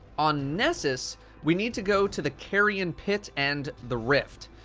on nessus, we need to go to the carrion pit and the rift.